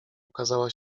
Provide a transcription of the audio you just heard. ukazała